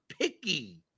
picky